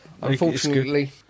unfortunately